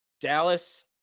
Dallas